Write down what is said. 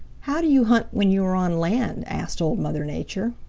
how do you hunt when you are on land? asked old mother nature.